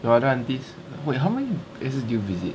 your other aunties wait how many is it do you visit